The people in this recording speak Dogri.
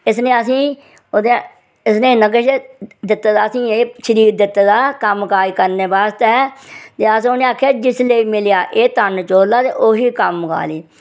इस लेई असेंगी ओह्दे इसनै इन्ना किश दित्ते दा असेंगी एह् शरीर दित्ते दा कम्मकाज करने वास्तै ते अस उनेंगी आखेआ जिसलै मिलेआ एह् तन चोला ते ओह् ही कम्म मका ली